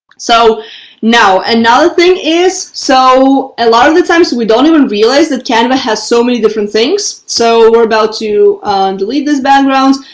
so now another thing is, so a lot of the times we don't even realize that canva has so many different things. so we're about to delete this background.